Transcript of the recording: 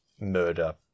murder